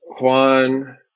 Juan